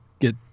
get